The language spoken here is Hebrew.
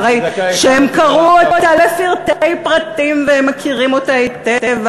אחרי שהם קראו אותה לפרטי פרטים והם מכירים אותה היטב,